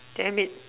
damn it